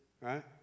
right